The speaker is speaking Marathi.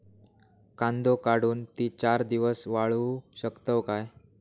कांदो काढुन ती चार दिवस वाळऊ शकतव काय?